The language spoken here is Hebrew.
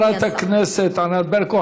תודה לחברת הכנסת ענת ברקו.